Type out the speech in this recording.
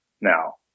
Now